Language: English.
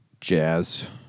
jazz